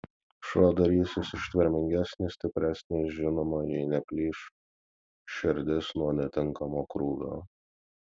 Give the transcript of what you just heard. šuo darysis ištvermingesnis stipresnis žinoma jei neplyš širdis nuo netinkamo krūvio